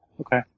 Okay